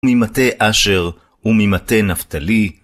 ממטה אשר וממטה נפתלי